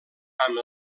amb